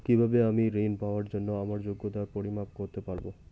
কিভাবে আমি ঋন পাওয়ার জন্য আমার যোগ্যতার পরিমাপ করতে পারব?